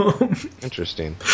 Interesting